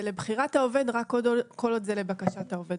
זה לבחירת העובד, רק כל עוד זה לבקשת העובד.